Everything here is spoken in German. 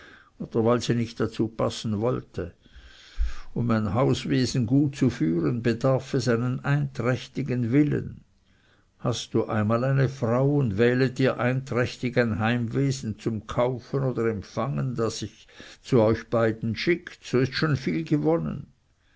oder weil sie nicht dazu passen wollte um ein hauswesen gut zu führen bedarf es einen einträchtigen willen hast du einmal eine frau und wählet ihr einträchtig ein heimwesen zum kaufen oder empfangen das sich zu euch beiden schickt so ist schon viel gewonnen